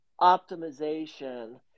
optimization